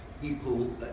people